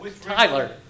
Tyler